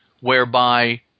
whereby